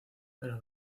pero